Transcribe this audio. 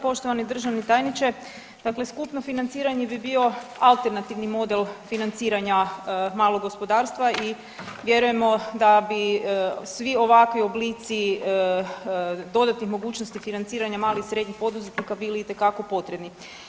Poštovani državni tajniče dakle skupno financiranje bi bio alternativni model financiranja malog gospodarstva i vjerujemo da bi svi ovakvi oblici dodatnih mogućnosti financiranja malih i srednjih poduzetnika bili itekako potrebni.